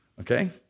Okay